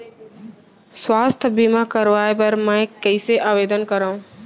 स्वास्थ्य बीमा करवाय बर मैं कइसे आवेदन करव?